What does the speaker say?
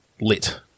lit